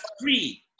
free